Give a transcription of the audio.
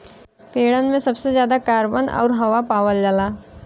पेड़न में सबसे जादा कार्बन आउर हवा पावल जाला